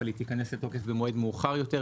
אבל היא תיכנס לתוקף במועד מאוחר יותר,